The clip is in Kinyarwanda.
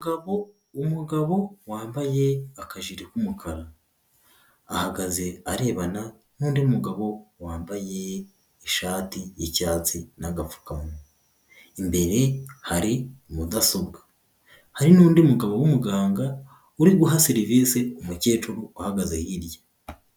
Umugabo, umugabo wambaye akajire k'umukara, ahagaze arebana n'undi mugabo wambaye ishati y'icyatsi n'agapfukamunwa, imbere hari mudasobwa hari n'undi mugabo w'umuganga uri guha serivise umukecuru uhagaze hirya.